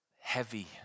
heavy